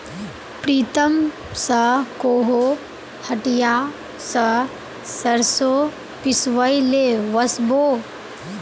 प्रीतम स कोहो हटिया स सरसों पिसवइ ले वस बो